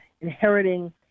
inheriting